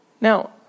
Now